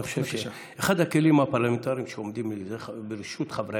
אני חושב שאחד הכלים הפרלמנטריים שעומדים לרשות חברי